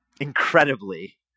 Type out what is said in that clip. incredibly